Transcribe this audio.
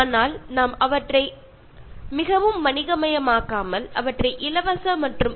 ഇവയൊക്കെ നമ്മുടെ സന്തോഷപൂർണമായ ആരോഗ്യപൂർണമായ ജീവിതത്തിന് അത്യന്താപേക്ഷിതമാണ്